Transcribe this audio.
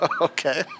Okay